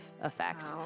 effect